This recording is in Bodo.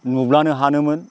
नुब्लानो हानोमोन